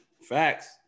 Facts